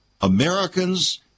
Americans